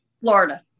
Florida